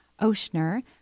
Oshner